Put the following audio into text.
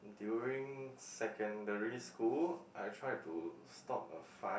during secondary school I tried to stop a fight